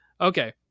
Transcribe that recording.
Okay